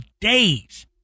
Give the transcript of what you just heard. days